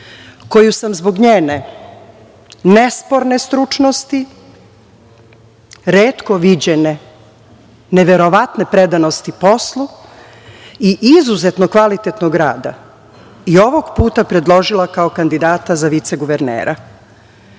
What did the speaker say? koju sam zbog njene nesporne stručnosti, retko viđene, neverovatne predanosti poslu i izuzetno kvalitetnog rada i ovog puta predložila kao kandidata za viceguvernera. Detalje